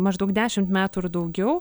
maždaug dešimt metų ir daugiau